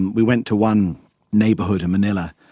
and we went to one neighborhood in manila,